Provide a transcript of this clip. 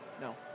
No